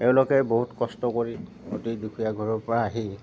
এওঁলোকে বহুত কষ্ট কৰি অতি দুখীয়া ঘৰৰ পৰা আহি